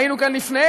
והיינו כאן לפניהם.